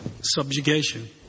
Subjugation